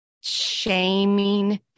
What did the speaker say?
shaming